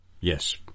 Yes